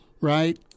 right